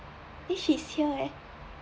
eh she's here leh